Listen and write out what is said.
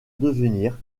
devenir